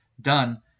done